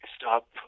stop